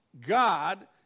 God